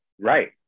right